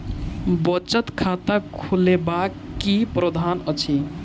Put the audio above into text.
बचत खाता खोलेबाक की प्रावधान अछि?